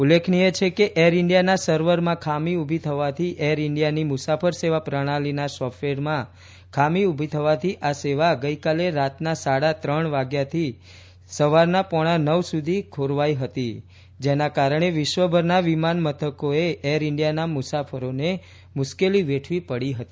ઉલ્લેખનીય છે કે એર ઈન્ડિયાના સર્વરમાં ખામી ઉભી થવાથી એર ઇન્ડિયાની મુસાફર સેવા પ્રજ્ઞાલીના સોફટવેરમાં ખામી ઉભી થવાથી આ સેવા ગઇકાલે રાતના સાડા ત્રજ્ઞ વાગ્યાથી સવારના પોજ્ઞા નવ સુધીમાં ખોરવાઇ હતી જેના કારણે વિશ્વભરના વિમાનમથકોએ એર ઇન્ડિયાના મુસાફરોને મુશ્કેલી વેઠવી પડી હતી